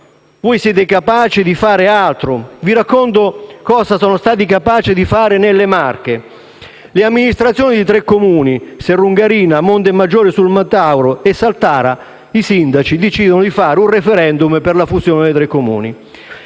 voi siete capaci di fare altro. Vi racconto cosa sono stati capaci di fare nelle Marche. Le amministrazioni e i sindaci di Serrungarina, Montemaggiore al Metauro e Saltara decisero di fare un *referendum* sulla fusione dei tre Comuni.